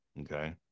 okay